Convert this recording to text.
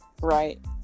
right